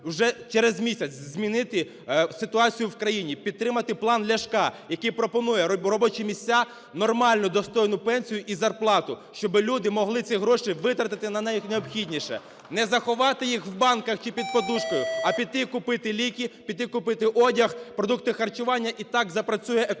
вже через місяць змінити ситуацію в країні і підтримати план Ляшка, який пропонує робочі місця, нормальну, достойну пенсію і зарплату, щоб люди могли ці гроші витратити на найнеобхідніше, не заховати їх в банках чи під подушкою, а піти і купити ліки, піти купити одяг, продукти харчування, і так запрацює економіка.